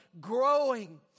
growing